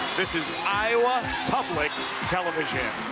this is iowa public television.